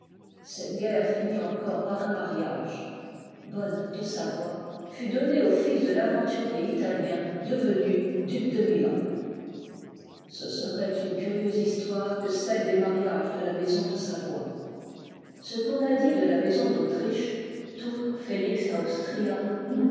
cette guerre finit encore par un mariage bonne de savoie fut donnée au fils de l'aventurier italien devenu duc de milan ce serait une curieuse histoire que celle dos mariages de la maison de savoie ce qu'on a dit de la maison d'autriche tu y fclix austria